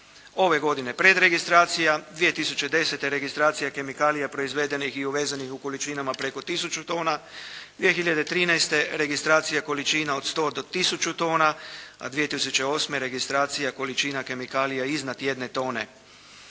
ove godine predregistracija, 2010. registracija kemikalija proizvedenih i uvezenih u količinama preko tisuću tona, 2013. registracija količina od 100 do tisuću tona a 2008. registracija količina kemikalija iznad jedne